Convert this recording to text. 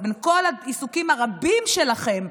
אז בין כל עיסוקים הרבים שלכם,